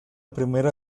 primera